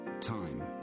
time